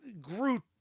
Groot